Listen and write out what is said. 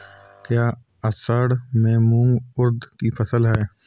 क्या असड़ में मूंग उर्द कि फसल है?